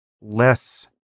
less